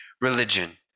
religion